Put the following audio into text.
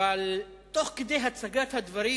אבל תוך כדי הצגת הדברים